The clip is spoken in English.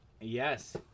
Yes